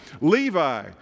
Levi